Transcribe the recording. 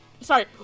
Sorry